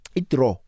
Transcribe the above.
itro